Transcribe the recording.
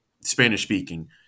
Spanish-speaking